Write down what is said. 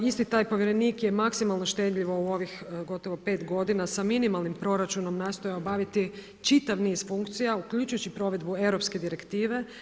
Isti taj povjerenik je maksimalno štedljivo u ovih gotovo pet godina sa minimalnim proračunom nastojao obaviti čitav niz funkcija uključujući provedbu europske direktive.